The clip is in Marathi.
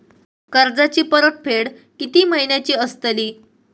कर्जाची परतफेड कीती महिन्याची असतली?